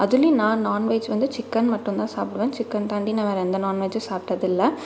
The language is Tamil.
அதுலையும் நான் நான்வெஜ் வந்து சிக்கன் மட்டும்தான் சாப்பிடுவேன் சிக்கன் தாண்டி நான் வேறு எந்த நான்வெஜும் சாப்பிட்டது இல்லை